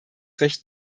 recht